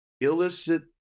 illicit